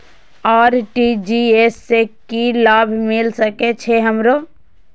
RTGS से की लाभ मिल सके छे हमरो?